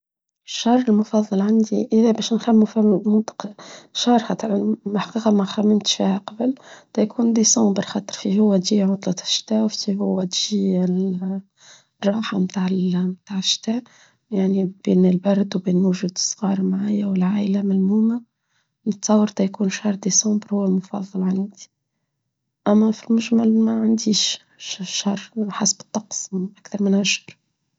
الشهر المفضل عندي إذا باش نخم في مدق شهر محقق ما خممت شهر قبل ديكون ديسمبر خدر فيه هو دي عطلة عشتا وفيه هو دي الراحة متاع عشتا يعني بين البرد وبين وجود الصغار معايا والعائلة ملمومة نتطور ديكون شهر ديسمبر هو المفضل عندي أما في المجمل ما عنديش شهر حسب الطقس أكثر من أشهر.